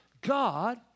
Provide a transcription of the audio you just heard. God